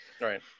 right